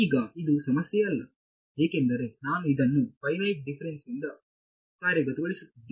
ಈಗ ಇದು ಸಮಸ್ಯೆಯಲ್ಲ ಏಕೆಂದರೆ ನಾನು ಇದನ್ನು ಫೈನೈಟ್ ಡಿಫರೆನ್ಸ್ ಇಂದ ಕಾರ್ಯಗತಗೊಳಿಸುತ್ತಿದ್ದೇನೆ